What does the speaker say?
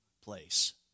place